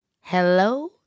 hello